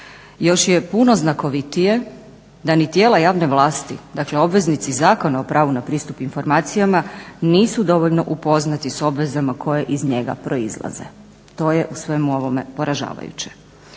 Još je puno znakovitije da ni tijela javne vlasti, dakle obveznici iz Zakona o pravu na pristup informacijama nisu dovoljno upoznati s obvezama koje iz njega proizlaze. To je u svemu ovome poražavajuće.